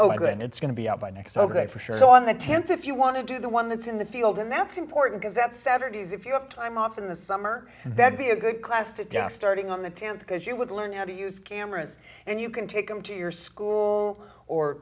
good it's going to be out by next oh good for sure so on the th if you want to do the one that's in the field and that's important is that saturdays if you have time off in the summer that be a good class to just starting on the th because you would learn how to use cameras and you can take them to your school or